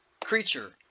creature